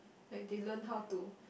like they learn how to